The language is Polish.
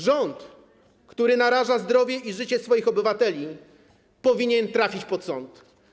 Rząd, który naraża zdrowie i życie swoich obywateli, powinien trafić pod sąd.